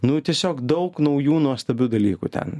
nu tiesiog daug naujų nuostabių dalykų ten